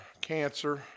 cancer